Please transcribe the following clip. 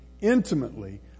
intimately